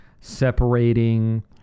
separating